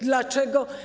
Dlaczego?